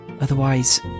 Otherwise